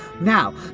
now